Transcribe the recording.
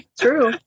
True